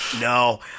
no